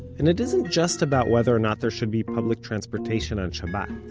and it isn't just about whether or not there should be public transportation on shabbat.